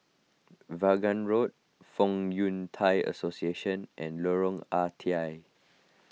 Vaughan Road Fong Yun Thai Association and Lorong Ah Thia